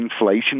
inflation